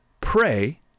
pray